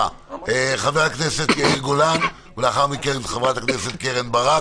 חבר הכנסת יאיר גולן ולאחר מכן חברת הכנסת קרן ברק.